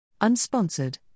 Unsponsored